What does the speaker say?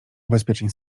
ubezpieczeń